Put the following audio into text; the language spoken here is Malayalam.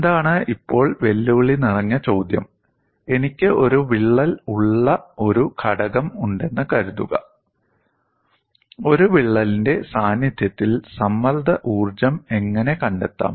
എന്താണ് ഇപ്പോൾ വെല്ലുവിളി നിറഞ്ഞ ചോദ്യം എനിക്ക് ഒരു വിള്ളൽ ഉള്ള ഒരു ഘടകം ഉണ്ടെന്ന് കരുതുക ഒരു വിള്ളലിന്റെ സാന്നിധ്യത്തിൽ സമ്മർദ്ദ ഊർജ്ജം എങ്ങനെ കണ്ടെത്താം